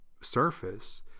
surface